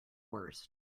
worst